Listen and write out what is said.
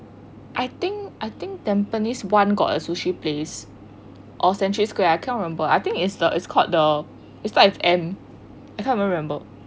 I think I think tampines garden got a sushi place or century square I cannot remember I think is the is called the it starts with an an I cannot even remember